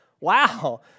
Wow